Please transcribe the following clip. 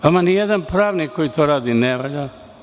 Vama nijedan pravnik koji to radi ne valja.